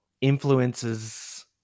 influences